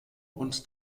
und